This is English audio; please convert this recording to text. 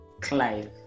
Clive